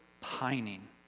pining